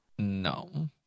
No